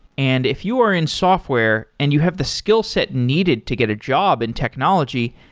and if you were in software and you have the skillset needed to get a job in technology,